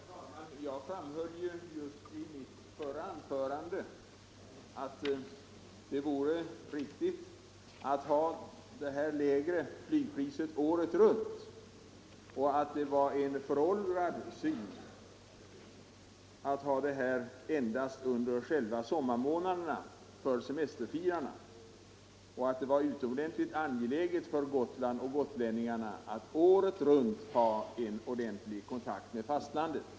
Herr talman! Jag framhöll i mitt förra anförande att det vore riktigt att hålla det lägre flygpriset året runt och att det tyder på en föråldrad syn att vilja tillämpa det endast under sommarmånaderna för semesterfirarna. Vidare underströk jag att det är utomordentligt angeläget för Gotland och gotlänningarna att året runt ha en ordentlig kontakt med fastlandet.